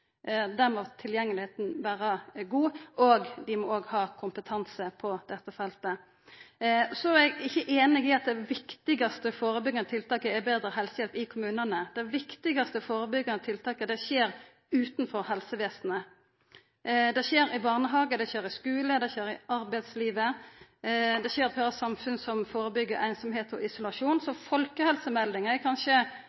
må tilgjengelegheita vera god, og dei må òg ha kompetanse på dette feltet. Så er eg ikkje einig i at det viktigaste førebyggjande tiltaket er betre helsehjelp i kommunane. Det viktigaste førebyggjande tiltaket skjer utanfor helsevesenet. Det skjer i barnehagen, det skjer i skulen, det skjer i arbeidslivet, det skjer i samfunn som førebyggjer einsemd og isolasjon.